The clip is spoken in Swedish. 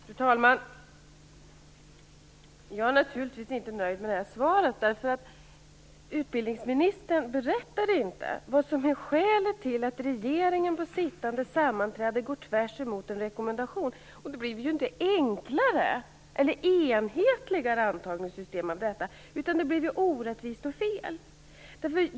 Fru talman! Jag är naturligtvis inte nöjd med det här svaret. Utbildningsministern berättade inte vad som är skälet till att regeringen vid sittande sammanträde går tvärt emot en rekommendation. Det blir ju inte ett enklare eller enhetligare antagningssystem av detta, utan det blir orättvist och fel.